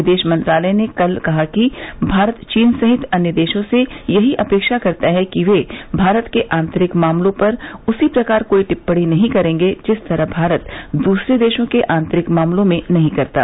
विदेश मंत्रालय ने कल कहा कि भारत चीन सहित अन्य देशों से यही अपेक्षा करता है कि वे भारत के आंतरिक मामलों पर उसी प्रकार कोई टिप्पणी नहीं करेंगे जिस तरह भारत दूसरे देशों के आंतरिक मामलों में नहीं करता